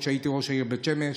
כשהייתי ראש העיר בית שמש.